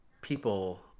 people